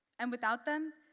and without them,